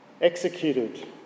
executed